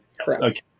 Correct